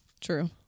True